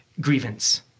grievance